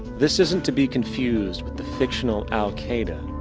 this isn't to be confused with the fictional al qaida,